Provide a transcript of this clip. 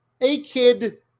A-Kid